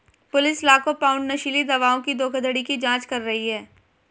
police लाखों pound नशीली दवाओं की धोखाधड़ी की जांच कर रही है